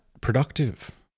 productive